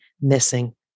missing